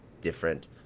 different